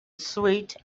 sweet